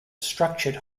structured